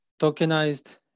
tokenized